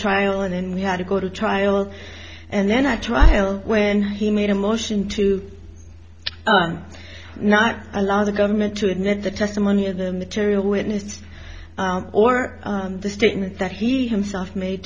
trial and then we had to go to trial and then i trial when he made a motion to not allow the government to admit the testimony of the material witness or the statement that he himself made